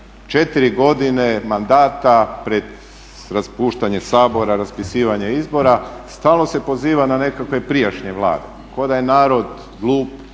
4 godine mandata pred raspuštanje Sabora, raspisivanje izbora stalno se poziva na nekakve prijašnje vlade, ko da je narod glup